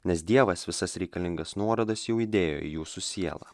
nes dievas visas reikalingas nuorodas jau įdėjo į jūsų sielą